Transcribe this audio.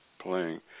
playing